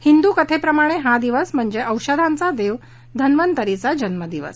हिंदू कथेप्रमाणे हा दिवस म्हणजे औषधांचा देव धन्वंतरीचा जन्म दिवस